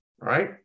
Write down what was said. Right